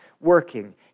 working